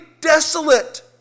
desolate